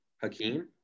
Hakeem